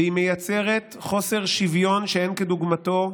והיא מייצרת חוסר שוויון שאין כדוגמתו.